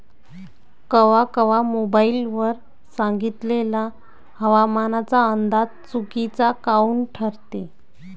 कवा कवा मोबाईल वर सांगितलेला हवामानाचा अंदाज चुकीचा काऊन ठरते?